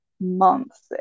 months